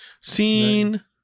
Scene